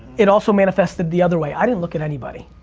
it also manifested the other way. i didn't look at anybody.